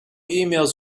emails